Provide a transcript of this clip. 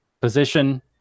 position